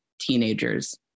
teenagers